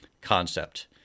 concept